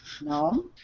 No